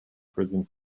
prison